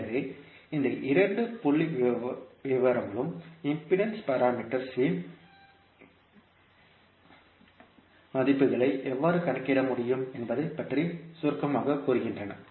எனவே இந்த இரண்டு புள்ளிவிவரங்களும் இம்பிடேன்ஸ் பாராமீட்டர்ஸ் இன் மதிப்புகளை எவ்வாறு கணக்கிட முடியும் என்பதைப் பற்றி சுருக்கமாகக் கூறுகின்றன